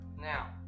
Now